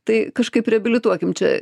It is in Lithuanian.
tai kažkaip reabilituokim čia